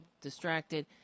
distracted